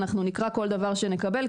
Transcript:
אנחנו נקרא כל דבר שנקבל,